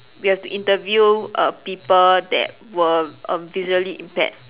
we have to interview err people that were err visually impaired